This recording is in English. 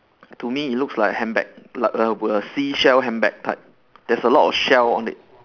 to me it looks like handbag like a a seashell handbag type there's a lot of shell on it